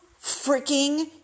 freaking